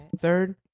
Third